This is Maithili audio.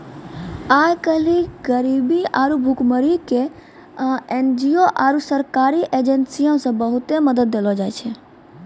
आइ काल्हि गरीबी आरु भुखमरी के एन.जी.ओ आरु सरकारी एजेंसीयो से बहुते मदत देलो जाय छै